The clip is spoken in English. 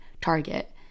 target